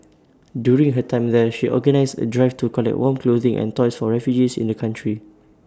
during her time there she organised A drive to collect warm clothing and toys for refugees in the country